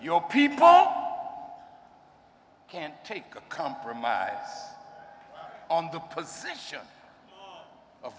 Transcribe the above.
your people the can't take a compromise on the position of